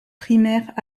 primaires